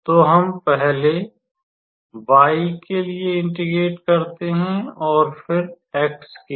तो हम पहले y के लिए इंटीग्रेट करते हैं और फिर x के लिए